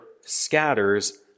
scatters